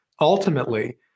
Ultimately